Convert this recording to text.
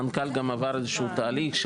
מנכ"ל גם עבר איזה שהוא תהליך,